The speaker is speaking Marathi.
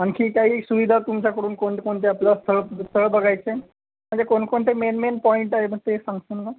आणखी काही सुविधा तुमच्याकडून कोणत्या कोणत्या आपलं स्थळं स्थळं बघायचं आहे म्हणजे कोणकोणते मेन मेन पॉईंट आहे मग ते सांगाल का